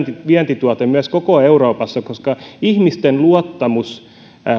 vientituote myös koko euroopassa koska ihmisten luottamus